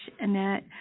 Annette